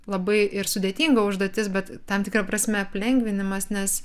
labai ir sudėtinga užduotis bet tam tikra prasme aplengvinimas nes